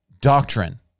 doctrine